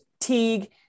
Teague